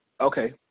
Okay